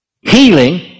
Healing